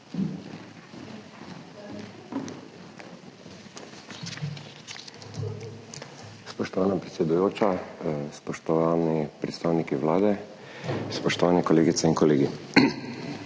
Spoštovana predsedujoča, spoštovani predstavniki Vlade, spoštovani kolegice in kolegi!